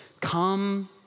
come